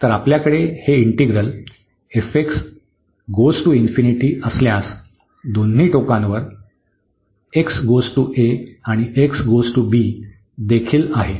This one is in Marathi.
तर आपल्याकडे हे इंटिग्रल असल्यास दोन्ही टोकांवर आणि देखील आहे